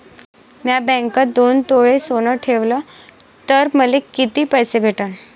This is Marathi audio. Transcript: म्या बँकेत दोन तोळे सोनं ठुलं तर मले किती पैसे भेटन